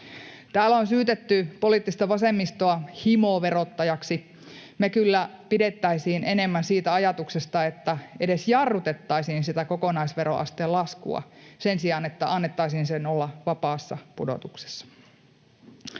Täällä on syytetty poliittista vasemmistoa himoverottajaksi, mutta me kyllä pidettäisiin enemmän siitä ajatuksesta, että edes jarrutettaisiin sitä kokonaisveroasteen laskua sen sijaan, että annettaisiin sen olla vapaassa pudotuksessa.